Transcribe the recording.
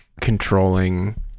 controlling